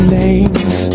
names